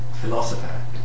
philosopher